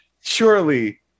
surely